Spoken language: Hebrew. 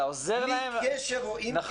אתה עוזר להם --- בלי קשר או עם קשר.